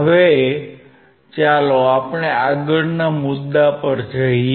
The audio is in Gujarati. હવે ચાલો આપણે આગળના મુદ્દા પર જઈએ